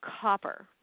copper